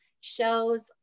shows